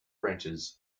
branches